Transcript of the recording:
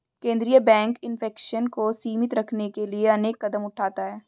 केंद्रीय bank inflation को सीमित रखने के लिए अनेक कदम उठाता है